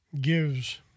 gives